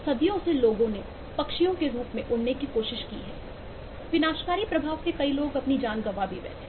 सदियों से लोगों ने पक्षियों के रूप में उड़ने की कोशिश की है विनाशकारी प्रभाव से कई लोग जान गवा बैठे